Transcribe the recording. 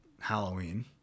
Halloween